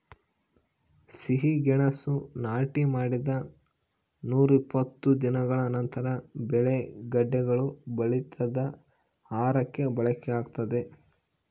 ಸಿಹಿಗೆಣಸು ನಾಟಿ ಮಾಡಿದ ನೂರಾಇಪ್ಪತ್ತು ದಿನಗಳ ನಂತರ ಬೆಳೆ ಗೆಡ್ಡೆಗಳು ಬಲಿತಾಗ ಆಹಾರಕ್ಕೆ ಬಳಕೆಯಾಗ್ತದೆ